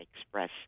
express